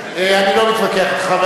אני לא מתווכח אתך,